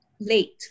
late